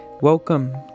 Welcome